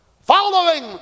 following